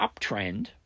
uptrend